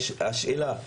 השאלה היא